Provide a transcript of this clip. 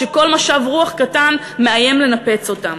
שכל משב רוח קטן מאיים לנפץ אותן.